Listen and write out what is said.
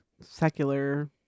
secular